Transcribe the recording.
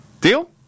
Deal